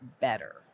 better